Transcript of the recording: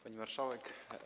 Pani Marszałek!